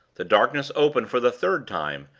the darkness opened for the third time,